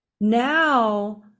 Now